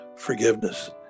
forgiveness